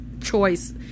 choice